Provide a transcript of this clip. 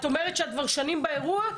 את אומרת שאת כבר שנים באירוע?